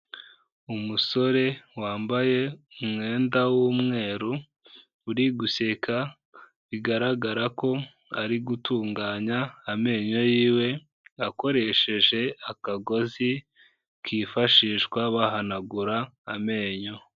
Umusore wambaye umwenda w'umweru uri guseka, bigaragara ko ari gutunganya amenyo yiwe, akoresheje akagozi kifashishwa bahanagura amenyo.